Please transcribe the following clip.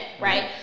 Right